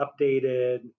updated